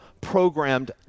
programmed